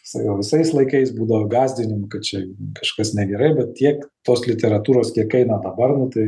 sakau visais laikais būdavo gąsdinimų kad čia kažkas negerai bet tiek tos literatūros kiek eina dabar nu tai